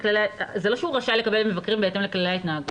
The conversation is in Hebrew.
זה לא שהוא רשאי לקבל מבקרים בהתאם לכללי ההתנהגות.